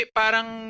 parang